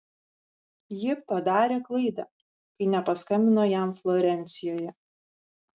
ji padarė klaidą kai nepaskambino jam florencijoje